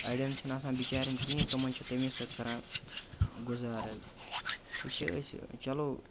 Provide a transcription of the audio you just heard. اَڑٮ۪ن چھِنہٕ آسان بِچیٛارٮ۪ن کِہیٖنۍ تِمَن چھِ تَمی سۭتۍ کَران گُزارٕ حظ یہِ چھِ أسۍ چلو